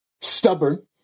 stubborn